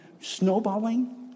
snowballing